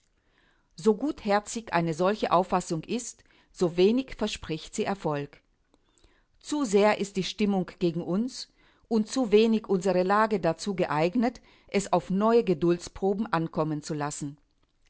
so gutherzig eine solche auffassung ist so wenig verspricht sie erfolg zu sehr ist die stimmung gegen uns und zu wenig unsere lage dazu geeignet es auf neue geduldsproben ankommen zu lassen